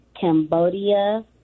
Cambodia